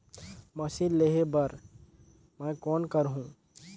Machine लेहे बर मै कौन करहूं?